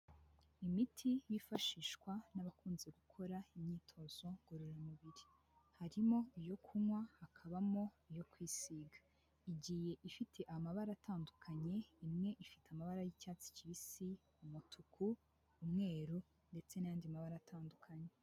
Imiti yifashishwa n'abakunze gukora imyitozo ngororamubiri harimo iyo kunywa hakabamo iyo kwisiga igiye ifite amabara atandukanye imwe ifite amabara y'icyatsi kibisi umutuku umweru ndetse n'andi mabara atandukanye.